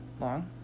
long